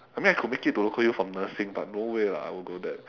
I mean I could make it to local U for nursing but no way lah I would go there